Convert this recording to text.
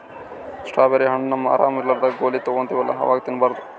strawberry ಹಣ್ಣ್ ನಮ್ಗ್ ಆರಾಮ್ ಇರ್ಲಾರ್ದಾಗ್ ಗೋಲಿ ತಗೋತಿವಲ್ಲಾ ಅವಾಗ್ ತಿನ್ಬಾರ್ದು